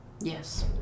Yes